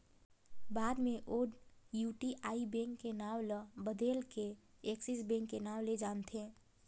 बाद मे ओ यूटीआई बेंक के नांव ल बदेल के एक्सिस बेंक के नांव ले जानथें